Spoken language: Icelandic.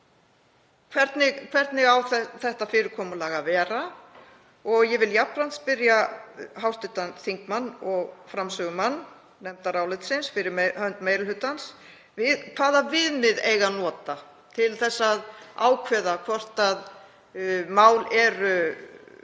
Hvernig á þetta fyrirkomulag að vera? Ég vil jafnframt spyrja hv. þingmann og framsögumann nefndarálitsins fyrir hönd meiri hlutans hvaða viðmið eigi að nota til að ákveða hvort mál eru stór